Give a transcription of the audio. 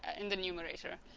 in the numerator